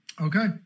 Okay